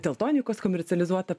teltonikos komercializuotą